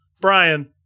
Brian